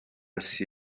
gusa